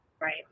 Right